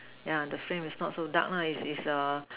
yeah the frame is not so dark lah is is a